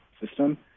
system